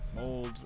old